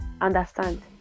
Understand